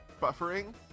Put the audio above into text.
Buffering